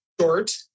short